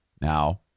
Now